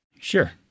Sure